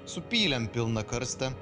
supylėm pilną karstą